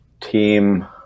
team